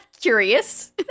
curious